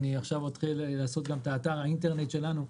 אני עכשיו אתחיל להקים את אתר האינטרנט שלנו,